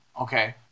Okay